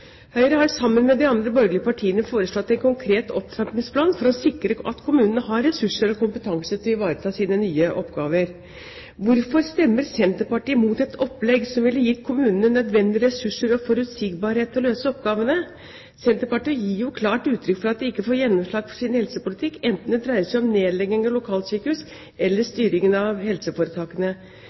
Høyre har sammen med de andre borgerlige partiene foreslått en konkret opptrappingsplan for å sikre at kommunene har ressurser og kompetanse til å ivareta sine nye oppgaver. Hvorfor stemmer Senterpartiet imot et opplegg som ville gitt kommunene nødvendige ressurser og forutsigbarhet til å løse oppgavene? Senterpartiet gir jo klart uttrykk for at de ikke får gjennomslag for sin helsepolitikk, enten det dreier seg om nedlegging av lokalsykehus eller styring av helseforetakene.